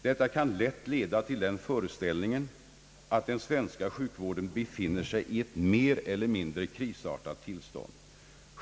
Detta kan lätt leda till den föreställningen att den svenska sjukvården befinner sig i ett mer eller mindre krisartat tillstånd.